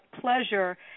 pleasure